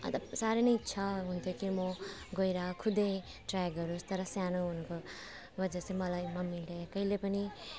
अन्त साह्रै नै इच्छा हुन्थ्यो कि म गएर खुदै ट्राई गरोस् तर सानो हुनुको वजह से मलाई मम्मीले कहिले पनि